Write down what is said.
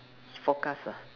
forecast ah